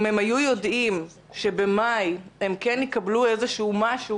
אם הם היו יודעים שבמאי הם כן יקבלו משהו